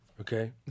Okay